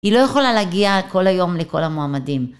היא לא יכולה להגיע כל היום לכל המועמדים.